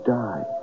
die